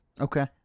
Okay